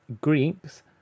Greeks